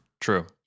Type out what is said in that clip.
True